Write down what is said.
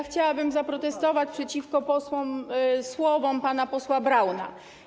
Chciałabym zaprotestować przeciwko słowom pana posła Brauna.